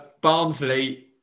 Barnsley